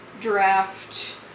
draft